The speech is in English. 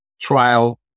trial